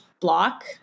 block